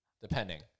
depending